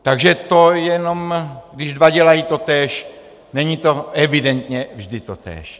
Takže to jenom, když dva dělají totéž, není to evidentně vždy totéž.